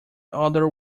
other